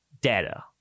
data